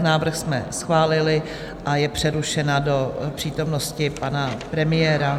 Návrh jsme schválili a je přerušena do přítomnosti pana premiéra.